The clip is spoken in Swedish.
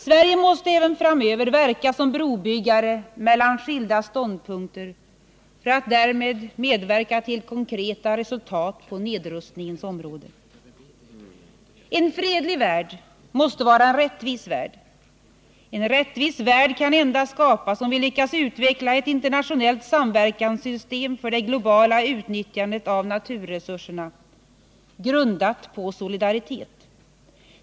Sverige måste även framöver verka som brobyggare mellan skilda ståndpunkter för att därmed medverka till konkreta resultat på nedrustningens område. En fredlig värld måste vara en rättvis värld. En rättvis värld kan endast skapas om vi lyckas utveckla ett internationellt samverkanssystem för det globala utnyttjandet av naturresurserna, grundat på solidaritet.